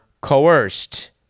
coerced